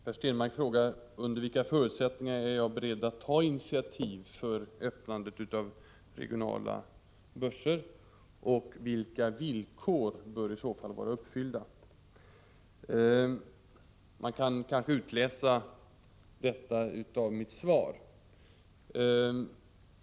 Herr talman! Per Stenmarck frågar under vilka förutsättningar jag är beredd att ta initiativ till öppnande av regionala börser och vilka villkor som i så fall bör vara uppfyllda. Man kan kanske utläsa detta av mitt svar.